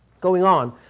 going on.